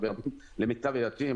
ההתנהגות